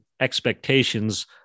expectations